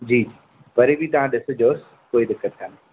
जी वरी बि तव्हां ॾिसिजोसि कोई दिक़त कोन्हे